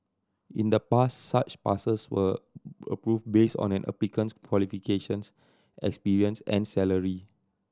in the past such passes were approved based on an applicant's qualifications experience and salary